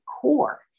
core